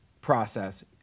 process